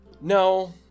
No